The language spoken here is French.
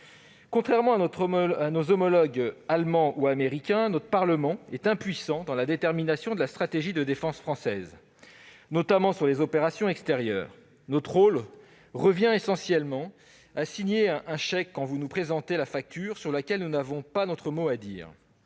Contrairement à nos homologues allemands ou américains, les parlementaires que nous sommes sont impuissants à déterminer la stratégie de défense française, notamment en ce qui concerne les opérations extérieures. Notre rôle revient essentiellement à signer un chèque quand vous nous présentez la facture, sur laquelle nous n'avons pas notre mot à dire.